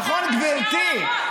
נכון, גברתי.